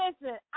Listen